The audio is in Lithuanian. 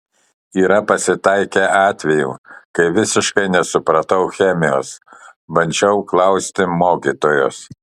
yra pasitaikę atvejų kai visiškai nesupratau chemijos bandžiau klausti mokytojos